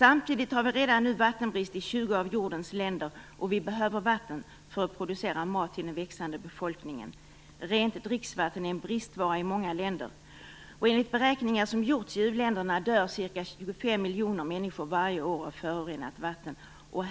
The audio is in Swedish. Samtidigt har vi redan nu vattenbrist i 20 av jordens länder, och vi behöver vatten för att producera mat till den växande befolkningen. Rent dricksvatten är en bristvara i många länder. Enligt beräkningar som har gjorts i u-länderna dör ca 25 miljoner människor varje år av förorenat vatten.